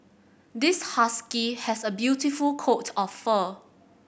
this husky has a beautiful coat of fur